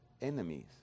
enemies